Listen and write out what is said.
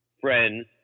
Friends